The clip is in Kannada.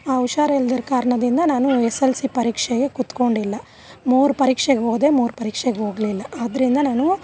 ಆ ಹುಷಾರಿಲ್ದಿರೋ ಕಾರ್ಣದಿಂದ ನಾನು ಎಸ್ ಎಲ್ ಸಿ ಪರೀಕ್ಷೆಗೆ ಕೂತ್ಕೊಂಡಿಲ್ಲ ಮೂರು ಪರೀಕ್ಷೆಗ್ಹೋದೆ ಮೂರು ಪರೀಕ್ಷೆಹೋಗ್ಲಿಲ್ಲಾ ಆದ್ರಿಂದ ನಾನು